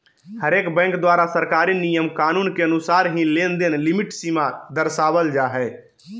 हरेक बैंक द्वारा सरकारी नियम कानून के अनुसार ही लेनदेन लिमिट सीमा दरसावल जा हय